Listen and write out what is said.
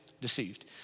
deceived